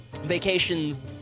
vacations